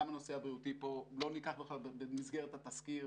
גם הנושא הבריאותי לא נלקח בכלל במסגרת התסקיר,